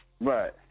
Right